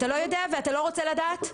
אתה לא יודע ואתה לא רוצה לדעת?